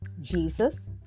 Jesus